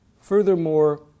Furthermore